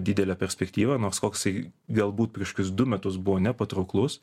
didelę perspektyvą nors koksai galbūt prieš kokius du metus buvo nepatrauklus